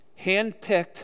Handpicked